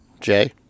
Jay